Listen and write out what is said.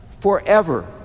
forever